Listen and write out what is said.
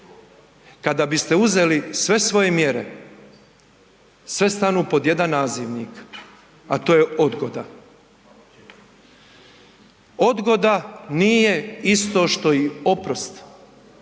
kada biste uzeli sve svoje mjere, sve stanu pod jedan nazivnik, a to je odgoda. Odgoda nije isto što i oprost